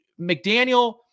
McDaniel